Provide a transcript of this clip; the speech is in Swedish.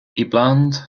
ibland